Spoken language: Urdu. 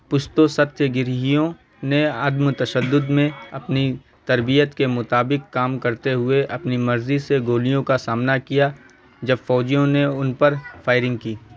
پشتو ستیہ گرہیوں نے عدم تشدد میں اپنی تربیت کے مطابق کام کرتے ہوئے اپنی مرضی سے گولیوں کا سامنا کیا جب فوجیوں نے ان پر فائرنگ کی